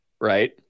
Right